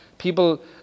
People